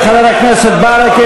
חבר הכנסת דרעי וחבר הכנסת ברכה,